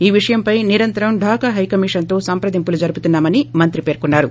ఈ విషయంపై నిరంతరం ఢాకా హై కమిషన్ తో సంప్రదింపులు జరుపుతున్నామని మంత్రి పేర్కొన్నారు